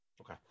Okay